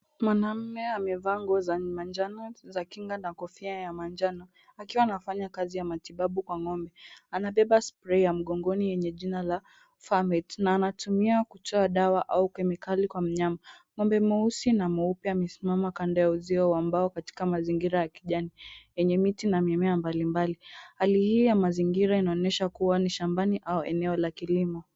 Mwanaume amevaa nguo za manjano za kinga na kofia ya manjano, akiwa anafanya kazi ya matibabu kwa ng'ombe. Anabeba spray ya mgongoni yenye jina la Farm It. Na anaitumia kutoa dawa au kemikali kwa mnyama. Ng'ombe mweusi na mweupe amesimama kanda ya uzio wa mbao katika mazingira ya kijani, yenye miti na mimea mbalimbali. Hali hii ya mazingira inaonesha kuwa ni shambani au eneo la kilimo.